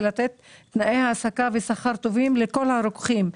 לתת תנאי העסקה ושכר טובים לכל הרוקחים,